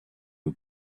who